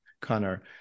Connor